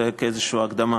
זה כמין הקדמה.